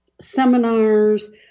seminars